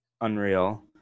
unreal